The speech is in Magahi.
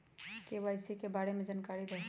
के.वाई.सी के बारे में जानकारी दहु?